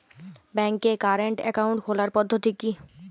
ব্যাংকে current account খোলার পদ্ধতি কি?